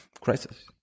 crisis